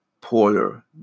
Porter